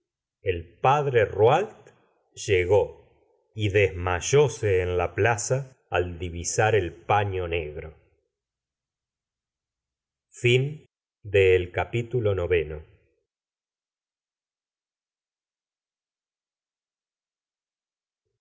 el padre rouault llegó y desmayóse en la plaza al divisar el paño negro t i